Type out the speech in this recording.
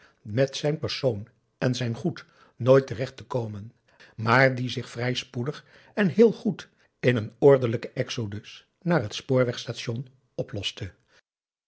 met zijn persoon en zijn goed nooit terecht te komen maar aum boe akar eel zich vrij spoedig en heel goed in een ordelijken exodus naar het spoorwegstation oploste